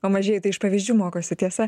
o mažieji tai iš pavyzdžių mokosi tiesa